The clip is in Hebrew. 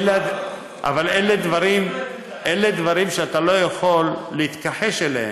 אבל אלה דברים שאתה לא יכול להתכחש אליהם.